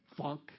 Funk